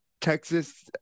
Texas